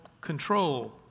control